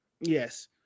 Yes